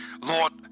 Lord